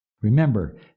remember